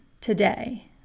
today